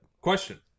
Question